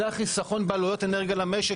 זה החיסכון גם בעלויות האנרגיה למשק,